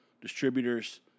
distributors